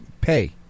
pay